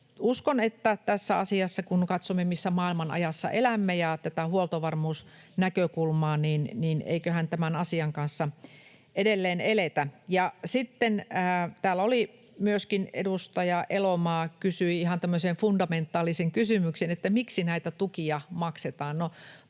uskon, että kun katsomme, missä maailman ajassa elämme, ja tätä huoltovarmuusnäkökulmaa, niin eiköhän tämän asian kanssa edelleen eletä. Ja sitten täällä oli myöskin... Edustaja Elomaa kysyi ihan tämmöisen fundamentaalisen kysymyksen, miksi näitä tukia maksetaan.